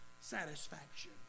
satisfaction